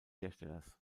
herstellers